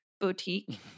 Boutique